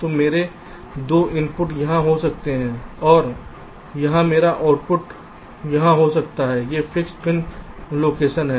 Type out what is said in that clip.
तो मेरे 2 इनपुट यहां हो सकते हैं और यहां मेरा आउटपुट यहां हो सकता है ये फिक्स्ड पिन लोकेशन हैं